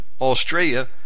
Australia